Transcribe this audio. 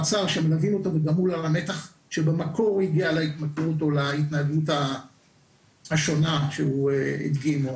שמלווים אותו ובמקור הביאו אותו להתמכרות או ההתנהגות השונה שהוא הדגים.